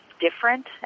different